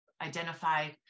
identify